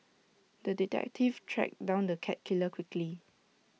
the detective tracked down the cat killer quickly